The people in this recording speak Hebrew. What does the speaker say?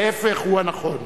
ההיפך הוא הנכון.